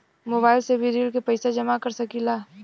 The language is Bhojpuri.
मोबाइल से भी ऋण के पैसा जमा कर सकी ला?